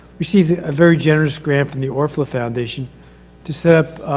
received the, a very generous grand from the orfalea foundation to set up